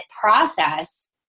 process